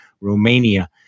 Romania